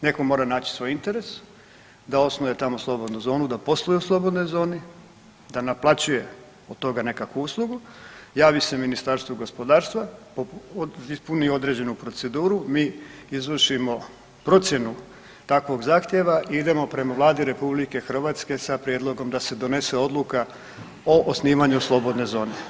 Netko se mora, neko mora naći svoj interes da osnuje tamo slobodnu zonu, da posluje u slobodnoj zoni, da naplaćuje od toga nekakvog uslugu, javi se Ministarstvu gospodarstva, ispuni određenu proceduru, mi izvršimo procjenu takvog zahtjeva i idemo prema Vladi RH sa prijedlogom da se donese odluka o osnivanju slobodne zone.